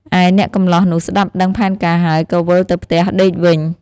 ឯអ្នកកម្លោះនោះស្តាប់ដឹងផែនការហើយ ក៏វិលទៅផ្ទះដេកវិញ។